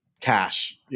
cash